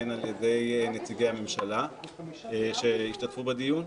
והן על ידי נציגי הממשלה שהשתתפו בדיון.